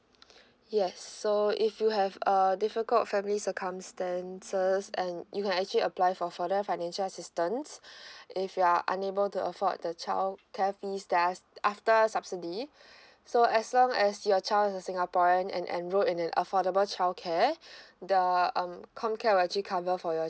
yes so if you have uh difficult family circumstances and you can actually apply for further financial assistance if you are unable to afford the child care fees that af~ after subsidy so as long as your child is a singaporean and enrolled in the affordable child care the um comcare will actually cover for your